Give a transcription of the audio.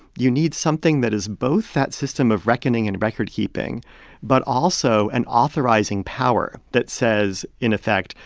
you need something that is both that system of reckoning and recordkeeping but also an authorizing power that says, in effect,